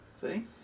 See